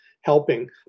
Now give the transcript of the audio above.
helping